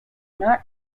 not